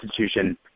Institution